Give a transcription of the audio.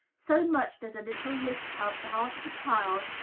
so much does a little lift help the heart of a child,